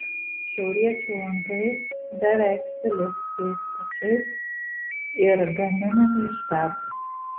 šiauriečių lankai beveik sulig jais pačiais ir gaminami iš beržo